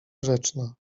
grzeczna